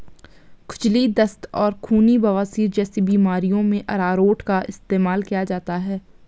खुजली, दस्त और खूनी बवासीर जैसी बीमारियों में अरारोट का इस्तेमाल किया जाता है